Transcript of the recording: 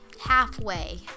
Halfway